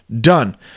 Done